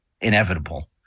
inevitable